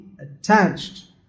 attached